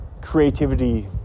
creativity